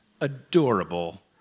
adorable